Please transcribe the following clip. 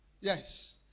Yes